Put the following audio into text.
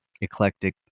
eclectic